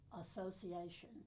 Association